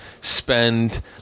spend